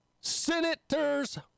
Senators